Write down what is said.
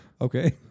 Okay